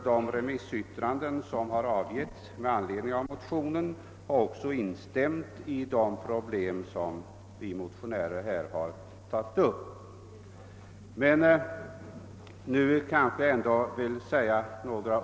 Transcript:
De remissinstanser som har yttrat sig med anledning av motionen har också instämt i de synpunkter som vi motionärer har tagit upp i vår motivering.